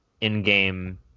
in-game